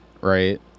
right